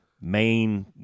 main